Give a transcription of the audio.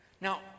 Now